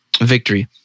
victory